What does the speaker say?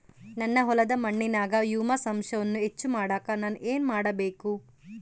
ನನ್ನ ಹೊಲದ ಮಣ್ಣಿನಾಗ ಹ್ಯೂಮಸ್ ಅಂಶವನ್ನ ಹೆಚ್ಚು ಮಾಡಾಕ ನಾನು ಏನು ಮಾಡಬೇಕು?